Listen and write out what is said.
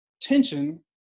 tension